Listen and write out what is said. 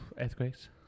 Earthquakes